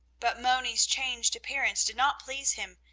but moni's changed appearance did not please him,